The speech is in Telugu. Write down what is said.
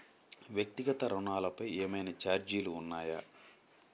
వ్యక్తిగత ఋణాలపై ఏవైనా ఛార్జీలు ఉన్నాయా?